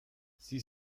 sie